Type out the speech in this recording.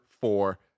four